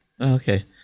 Okay